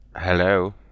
Hello